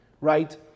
right